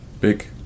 big